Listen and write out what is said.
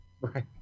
Right